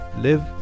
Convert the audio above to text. live